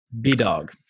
B-Dog